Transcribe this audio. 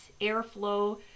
airflow